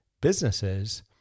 businesses